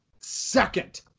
second